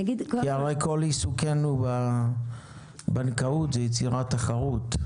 כי הרי כול עיסוקנו בבנקאות זה יצירת תחרות.